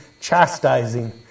chastising